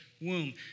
womb